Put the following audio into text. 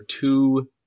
two